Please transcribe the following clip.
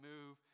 move